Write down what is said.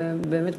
ובאמת,